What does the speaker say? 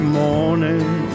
morning